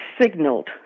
signaled